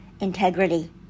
integrity